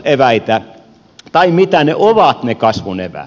mitä ne ovat ne kasvun eväät